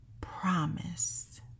promise